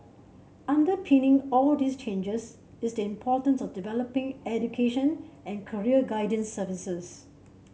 underpinning all these changes is the importance of developing education and career guidance services